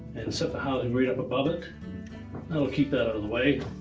and set the housing right up above it. that will keep that out of the way